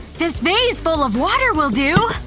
this vase full of water will due!